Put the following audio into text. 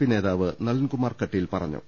P നേതാവ് നളിൻകുമാർ കട്ടീൽ പറഞ്ഞു